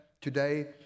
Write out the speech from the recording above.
today